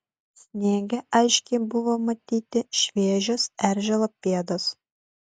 sniege aiškiai buvo matyti šviežios eržilo pėdos